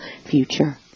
future